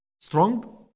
strong